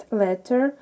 letter